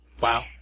Wow